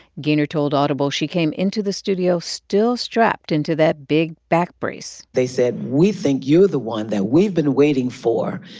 gaynor told audible she came into the studio still strapped into that big back brace they said, we think you're the one that we've been waiting for.